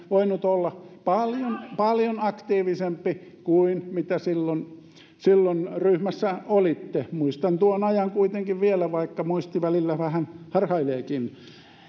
voinut olla paljon paljon aktiivisempi kuin mitä silloin silloin ryhmässä olitte muistan tuon ajan kuitenkin vielä vaikka muisti välillä vähän harhaileekin